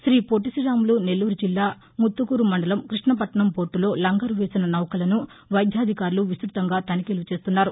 శ్రీపొట్టి శ్రీరాములు నెల్లూరు జిల్లా ముత్తుకూరు మండలం కృష్ణపట్నం పోర్టులో లంగరు వేసిన నౌకలను వైద్యాధికారులు విస్తృతంగా తనిఖీలు చేస్తున్నారు